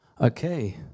Okay